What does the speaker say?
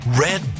Red